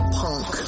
punk